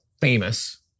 famous